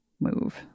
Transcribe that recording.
move